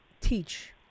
teach